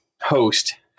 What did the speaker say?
host